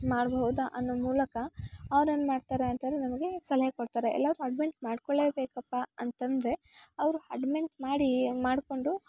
ಮಾಡಬಹುದಾ ಅನ್ನೋ ಮೂಲಕ ಅವ್ರೇನು ಮಾಡ್ತಾರೆ ಅಂತಂದರೆ ನಮಗೆ ಸಲಹೆ ಕೊಡ್ತಾರೆ ಎಲ್ಲಾದ್ರು ಅಡ್ಮೆಂಟ್ ಮಾಡಿಕೊಳ್ಳೇಬೇಕಪ್ಪ ಅಂತಂದರೆ ಅವರು ಅಡ್ಮೆಂಟ್ ಮಾಡಿ ಮಾಡಿಕೊಂಡು